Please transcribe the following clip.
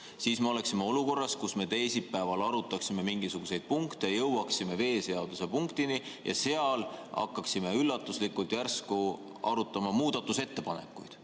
siis me oleksime olukorras, kus me teisipäeval arutaksime mingisuguseid punkte, jõuaksime veeseaduse punktini ja sealt edasi hakkaksime üllatuslikult järsku arutama muudatusettepanekuid,